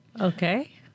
Okay